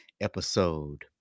episode